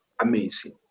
amazing